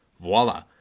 voila